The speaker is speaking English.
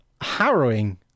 harrowing